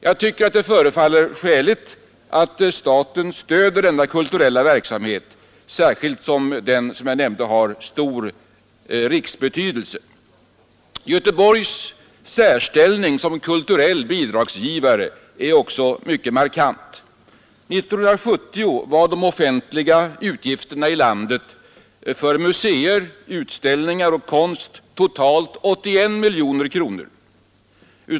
Jag tycker att det förefaller skäligt att staten stöder denna kulturella verksamhet, särskilt som den, som jag nämnde, har riksbetydelse. Göteborgs särställning som kulturell bidragsgivare är också mycket markant. År 1970 var de offentliga utgifterna i landet för museer, utställningar och konst totalt 81 miljoner kronor.